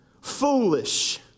foolish